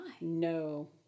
No